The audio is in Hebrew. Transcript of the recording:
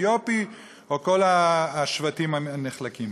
אתיופי או כל השבטים הנחלקים.